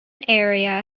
area